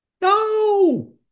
No